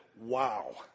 wow